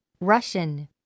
Russian